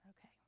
Okay